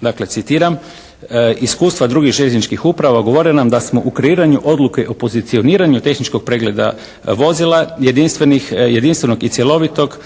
dakle citiram: "iskustva drugih željezničkih uprava govore nam da smo u kreiranju odluke o pozicioniranju tehničkog pregleda vozila jedinstvenog i cjelovitog